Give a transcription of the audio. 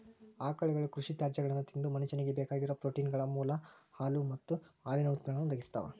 ಆಕಳುಗಳು ಕೃಷಿ ತ್ಯಾಜ್ಯಗಳನ್ನ ತಿಂದು ಮನುಷ್ಯನಿಗೆ ಬೇಕಾಗಿರೋ ಪ್ರೋಟೇನ್ಗಳ ಮೂಲ ಹಾಲು ಮತ್ತ ಹಾಲಿನ ಉತ್ಪನ್ನಗಳನ್ನು ಒದಗಿಸ್ತಾವ